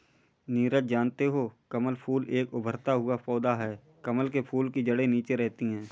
नीरज जानते हो कमल फूल एक उभरता हुआ पौधा है कमल के फूल की जड़े नीचे रहती है